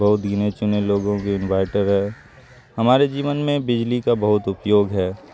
بہت گنے چنے لوگوں کے انوائٹر ہے ہمارے جیون میں بجلی کا بہت اپیوگ ہے